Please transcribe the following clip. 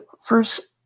first